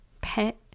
pet